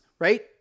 right